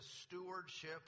stewardship